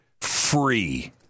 free